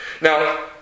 Now